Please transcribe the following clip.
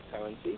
currency